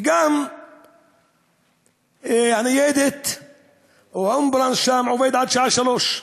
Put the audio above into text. גם הניידת או האמבולנס שם עובדים עד השעה 15:00,